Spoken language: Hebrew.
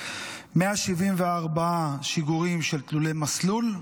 174 שיגורים של תלולי-מסלול,